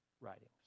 writings